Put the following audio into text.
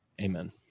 amen